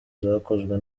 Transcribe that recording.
zakozwe